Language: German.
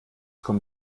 kommt